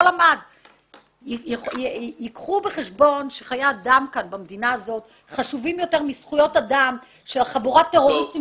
חיי אדם במדינה הזאת חשובים יותר מזכויות האדם של חבורת הטרוריסטים